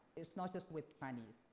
it's not just with chinese,